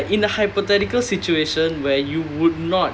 like I mean okay like in a hypothetical situation where you would not